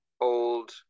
old